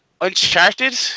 Uncharted